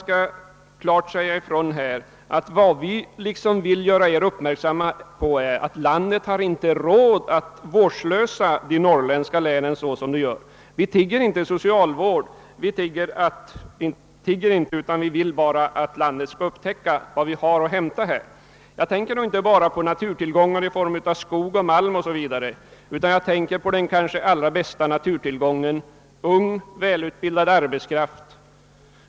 Vi bör försöka göra det övriga landet klart uppmärksamt på att man inte har råd att vårdslösa de norrländska länen på det sätt som man gör. Vi tigger inte utan vill bara att landet skall upptäcka vad som finns att ta vara på i Norrland. Jag tänker inte bara på naturtillgångarna i form av skog, malm o. s. v. utan även på den kanske största naturtillgången, nämligen den unga välutbildade arbetskraften.